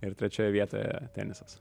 ir trečioje vietoje tenisas